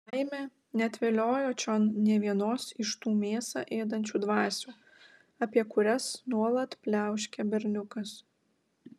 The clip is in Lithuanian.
laimė neatviliojo čion nė vienos iš tų mėsą ėdančių dvasių apie kurias nuolat pliauškia berniukas